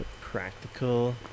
practical